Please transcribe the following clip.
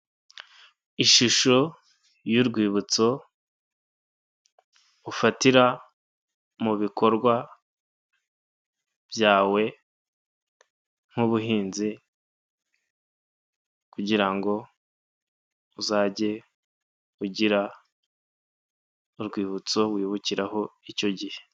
Ishusho y'urwibutso ufatira mu bikorwa byawe nk'ubuhinzi kugira ngo uzajye ugira urwibutso wibukiraho icyo gihe.